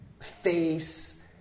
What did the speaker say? face